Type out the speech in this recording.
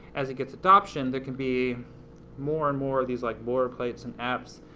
as it gets adoption, there can be more and more of these like boilerplates and apps,